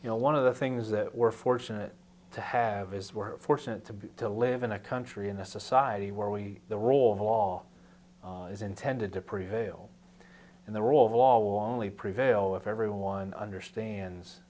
you know one of the things that we're fortunate to have is we're fortunate to be to live in a country in a society where we the rule of law is intended to prevail and the rule of law was only prevail if everyone understands